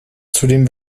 zudem